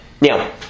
Now